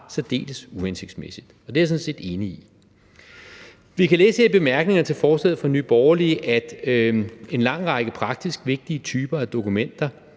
særdeles uhensigtsmæssigt, og det er jeg sådan set enig i. Vi kan læse her i bemærkningerne til forslaget fra Nye Borgerlige, at en lang række praktisk vigtige typer af dokumenter